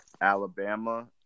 Alabama